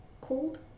Cold